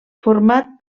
format